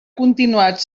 continuat